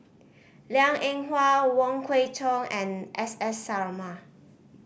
Liang Eng Hwa Wong Kwei Cheong and S S Sarma